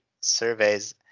surveys